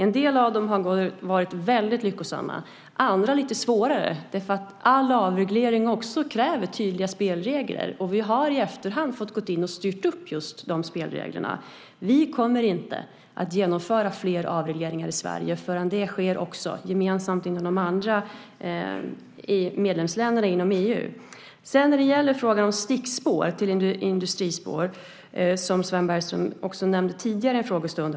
En del av dem har varit väldigt lyckosamma. Andra har varit lite svårare. All avregleringen kräver också tydliga spelregler. Vi har i efterhand fått gå in och styrt upp just de spelreglerna. Vi kommer inte att genomföra fler avregleringar i Sverige förrän det också sker gemensamt inom de andra medlemsländerna inom EU. Sedan gäller det frågan om stickspår till industrispår, som Sven Bergström också nämnde tidigare i en frågestund.